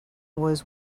was